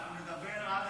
אנחנו נדבר עד